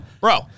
bro